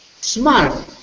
smart